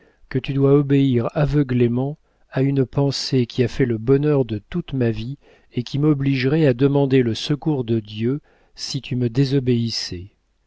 que tu dois obéir aveuglément à une pensée qui a fait le bonheur de toute ma vie et qui m'obligerait à demander le secours de dieu si tu me désobéissais